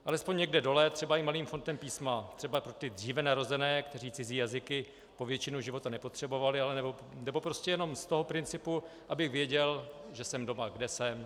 Alespoň někde dole, třeba i malým typem písma, třeba pro ty dříve narozené, kteří cizí jazyky po většinu života nepotřebovali, nebo prostě jen z toho principu, abych věděl, že jsem doma, kde jsem.